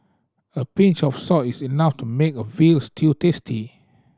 a pinch of salt is enough to make a veal stew tasty